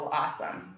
awesome